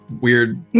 weird